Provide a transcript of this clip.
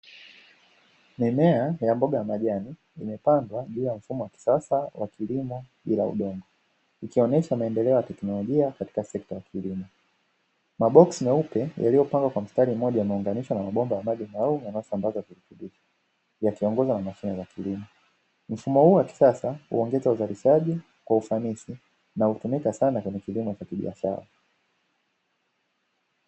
Mimea ya mboga ya majani imepandwa juu ya mfumo wa kisasa wa kilimo bila udongo, ikionyesha maendeleo ya kiteknolojia katika sekta ya kilimo. Maboksi meupe yaliyopangwa kwa mstari mmoja yameunganishwa na mabomba ya maji yanayosambaza virutubisho, yakiongozwa na mashine za kilimo. Mfumo huu wa kisasa huongeza uzalishaji kwa ufanisi unaotumika sana kwenye kilimo cha kibiashara.